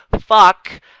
fuck